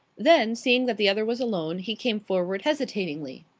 then, seeing that the other was alone, he came forward hesitatingly.